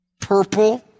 purple